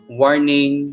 warning